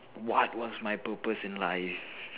what was my purpose in life